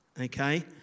okay